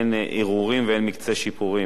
אין ערעורים ואין מקצה שיפורים.